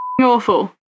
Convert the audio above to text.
Awful